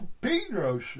Pedro